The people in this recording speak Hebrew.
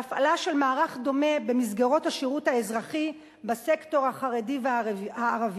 ויש הפעלה של מערך דומה במסגרות השירות האזרחי בסקטור החרדי והערבי.